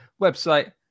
website